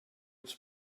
its